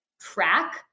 track